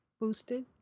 boosted